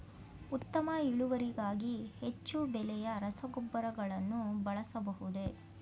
ಉತ್ತಮ ಇಳುವರಿಗಾಗಿ ಹೆಚ್ಚು ಬೆಲೆಯ ರಸಗೊಬ್ಬರಗಳನ್ನು ಬಳಸಬಹುದೇ?